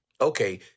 okay